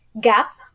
Gap